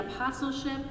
apostleship